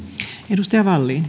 arvoisa